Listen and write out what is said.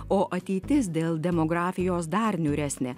o ateitis dėl demografijos dar niūresnė